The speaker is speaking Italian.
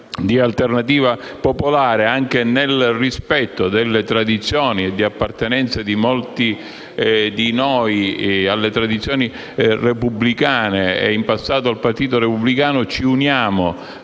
di Alternativa Popolare, anche nel rispetto delle storie di appartenenza di molti di noi alle tradizioni repubblicane e, in passato, al Partito Repubblicano, ci uniamo